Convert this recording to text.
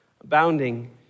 abounding